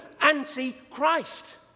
Antichrist